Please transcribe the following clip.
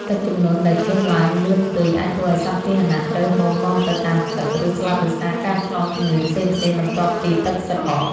ទឹកជំនន់ដែលជន់ឡើងលឿនពេក អាចធ្វើឱ្យសត្វពាហនៈត្រូវហូរនាំទៅតាមទឹក ឬស្លាប់ដោយសារការឆ្លងជំងឺផ្សេងៗបន្ទាប់ពីទឹកស្រក។